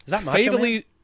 fatally